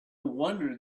wonder